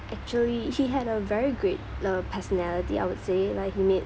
actually he had a very great uh personality I would say like he made